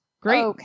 Great